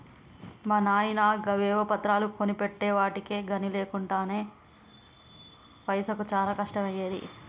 మా నాయిన గవేవో పత్రాలు కొనిపెట్టెవటికె గని లేకుంటెనా పైసకు చానా కష్టమయ్యేది